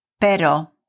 Pero